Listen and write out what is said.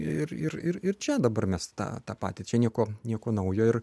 ir ir ir čia dabar mes tą tą patį čia nieko nieko naujo ir